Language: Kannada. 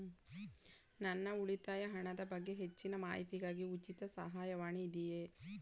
ನನ್ನ ಉಳಿತಾಯ ಹಣದ ಬಗ್ಗೆ ಹೆಚ್ಚಿನ ಮಾಹಿತಿಗಾಗಿ ಉಚಿತ ಸಹಾಯವಾಣಿ ಇದೆಯೇ?